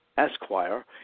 Esquire